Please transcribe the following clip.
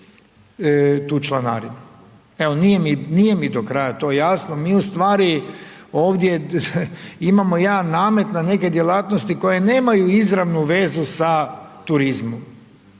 tu članarinu. Evo, nije mi, nije mi do kraja to jasno mi ustvari ovdje imamo jedan namet na neke djelatnosti koje nemaju izravnu vezu sa turizmom.